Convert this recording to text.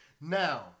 Now